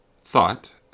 thought